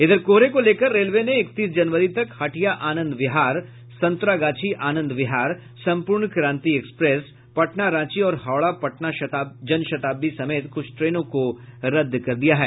इधर कोहरे को लेकर रेलवे ने इकतीस जनवरी तक हटिया आनंद विहर संतरागाछी आनंद विहार सम्पूर्ण क्रांति एक्सप्रेस पटना रांची और हावड़ा पटना जनशताब्दी समेत कुछ ट्रेनों को रद्द कर दिया है